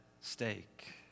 stake